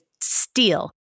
steal